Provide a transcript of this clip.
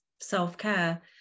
self-care